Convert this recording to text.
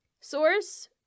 Source